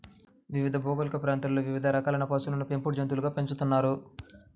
వివిధ భౌగోళిక ప్రాంతాలలో వివిధ రకాలైన పశువులను పెంపుడు జంతువులుగా పెంచుతున్నారు